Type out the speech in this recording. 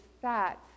sat